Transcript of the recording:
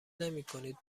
نمیکنید